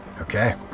Okay